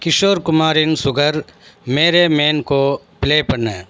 கிஷோர் குமாரின் சுகர் மேரே மேன் கோ பிளே பண்